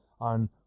on